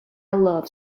love